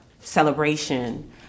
celebration